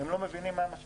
הם לא מבינים מה המשמעויות,